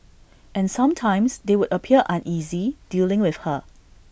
and sometimes they would appear uneasy dealing with her